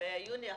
ביוני 2011,